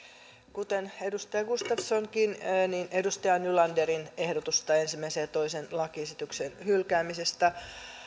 kuten edustaja gustafssonkin edustaja nylanderin ehdotusta ensimmäinen ja toisen lakiesityksen hylkäämisestä